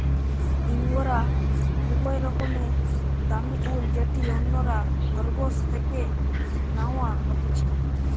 ইঙ্গরা খুবই রকমের দামি উল যেটি অন্যরা খরগোশ থেকে ন্যাওয়া হতিছে